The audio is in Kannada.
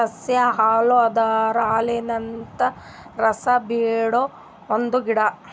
ಸಸ್ಯ ಹಾಲು ಅಂದುರ್ ಹಾಲಿನಂತ ರಸ ಬಿಡೊ ಒಂದ್ ಗಿಡ